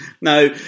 Now